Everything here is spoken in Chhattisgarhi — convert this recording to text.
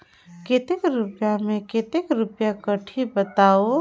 कतेक रुपिया मे कतेक रुपिया कटही बताव?